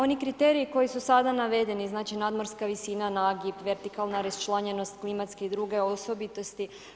Oni kriteriji koji su sada navedeni, znači nadmorska visina, nagib, vertikalna raščlanjenost, klimatske i druge osobitosti.